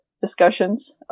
discussions